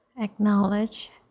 acknowledge